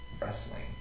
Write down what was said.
wrestling